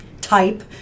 type